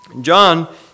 John